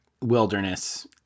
Wilderness